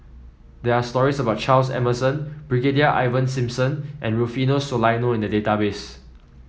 there are stories about Charles Emmerson Brigadier Ivan Simson and Rufino Soliano in the database